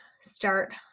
start